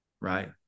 right